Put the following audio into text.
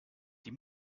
die